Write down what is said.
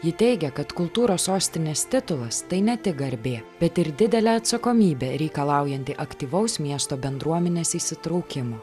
ji teigia kad kultūros sostinės titulas tai ne tik garbė bet ir didelė atsakomybė reikalaujanti aktyvaus miesto bendruomenės įsitraukimo